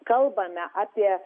kalbame apie